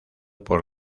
por